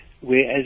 Whereas